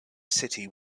city